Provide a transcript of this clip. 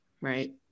Right